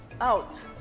out